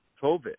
COVID